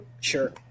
sure